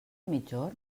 migjorn